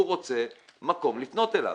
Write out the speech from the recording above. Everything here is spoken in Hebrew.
הוא רוצה מקום לפנות אליו.